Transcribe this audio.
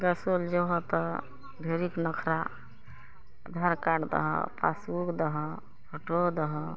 गैसो ले जेबहऽ तऽ ढेरीक नखरा आधार कार्ड दहऽ पासबुक दहऽ फोटो दहऽ